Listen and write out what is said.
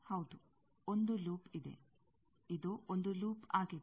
ಹೌದು ಒಂದು ಲೂಪ್ ಇದೆ ಇದು ಒಂದು ಲೂಪ್ ಆಗಿದೆ